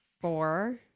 four